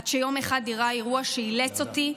עד שיום אחד אירע אירוע שאילץ אותי,